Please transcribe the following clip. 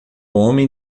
homem